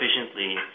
efficiently